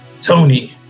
Tony